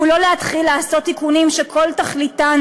הוא לא להתחיל לעשות תיקונים שכל תכליתם